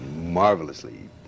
marvelously